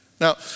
Now